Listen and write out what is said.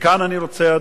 מכאן אני רוצה,